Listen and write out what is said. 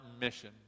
mission